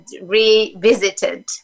revisited